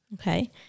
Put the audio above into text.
Okay